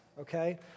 okay